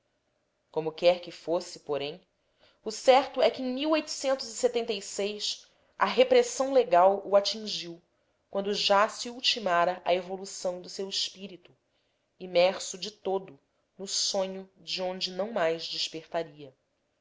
como quer que fosse porém o certo é que em a repressão legal o atingiu quando já se ultimara a evolução do seu espírito imerso de todo no sonho de onde não mais despertaria